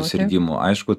susirgimų aišku